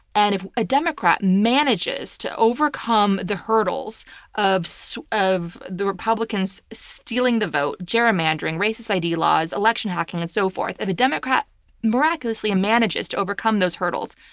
and if a democrat manages to overcome the hurdles of so of the republicans stealing the vote, gerrymandering, racist id laws, election hacking, and so forth. if a democrat miraculously manages to overcome those hurdles,